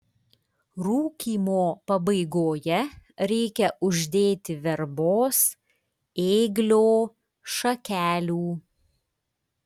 rūkymo pabaigoje reikia uždėti verbos ėglio šakelių